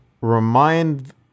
remind